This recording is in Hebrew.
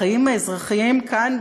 בחיים האזרחיים כאן,